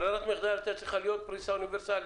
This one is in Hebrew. ברירת המחדל הייתה צריכה להיות פריסה אוניברסלית.